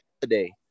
today